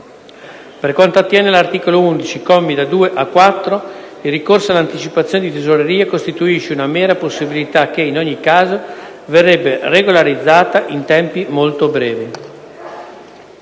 per quanto attiene all’articolo 11, commi da 2 a 4, il ricorso all’anticipazione di tesoreria costituisce una mera possibilitache, in ogni caso, verrebbe regolarizzata in tempi molto brevi;